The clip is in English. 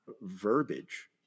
verbiage